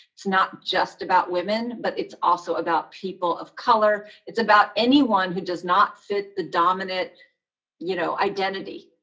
it's not just about women, but it's also about people of color it's about anyone who does not fit the dominant you know identity,